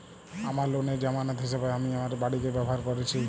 আমার লোনের জামানত হিসেবে আমি আমার বাড়িকে ব্যবহার করেছি